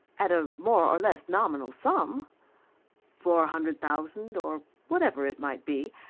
at a more or less nominal sum four hundred thousand or whatever it might be.